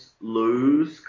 lose